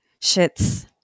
shit's